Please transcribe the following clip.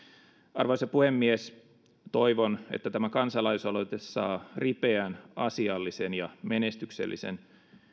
arvoisa puhemies toivon että tämä kansalaisaloite saa ripeän asiallisen ja menestyksellisen